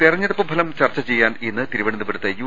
തെരഞ്ഞെടുപ്പ് ഫലം ചർച്ച ചെയ്യാൻ ഇന്ന് തിരുവനന്തപുരത്ത് യു